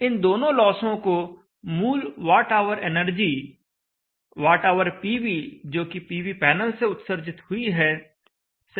इन दोनों लॉसों को मूल वॉटऑवर एनर्जी WhPV जोकि पीवी पैनल से उत्सर्जित हुई है से घटाना होगा